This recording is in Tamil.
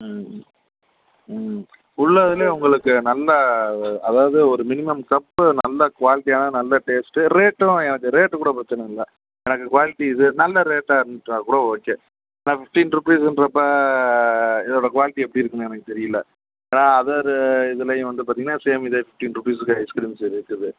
ம் ம் உள்ளே தானே உங்களுக்கு நல்லா அதாவது ஒரு மினிமம் கப்பு நல்லா குவாலிட்டியான நல்ல டேஸ்ட்டு ரேட்டும் எனக்கு ரேட்டு கூட பிரச்சனை இல்லை எனக்கு குவாலிட்டி இது நல்லா ரேட்டாக இருந்துட்டா கூட ஓகே ஏன்னா ஃபிஃப்டின் ருப்பீஸுன்றப்ப இதோட குவாலிட்டி எப்படிருக்கும் எனக்கு தெரியல ஏன்னா அதரு இதுலையும் வந்து பார்த்தீங்கன்னா சேம் இதே ஃபிஃப்ட்டின் ரூப்பீஸுக்கு ஐஸ்கிரீம்ஸ் இருக்குது